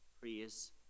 praise